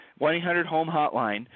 1-800-HOME-HOTLINE